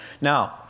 Now